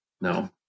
No